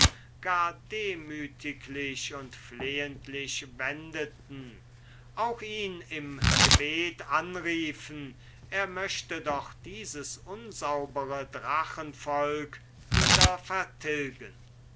gar demütiglich und flehentlich wendeten auch ihn im gebet anriefen er möchte doch dieses unsaubere drachenvolk wieder vertilgen